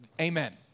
amen